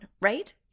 right